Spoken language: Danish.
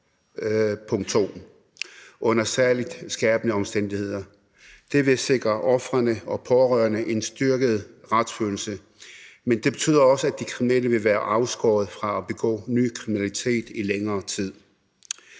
under særlig skærpende omstændigheder. Det vil sikre ofrene og pårørende en styrket retsfølelse, men det betyder også, at de kriminelle vil være afskåret fra at begå ny kriminalitet i længere tid.